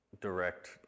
direct